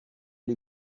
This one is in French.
les